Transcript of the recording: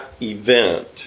event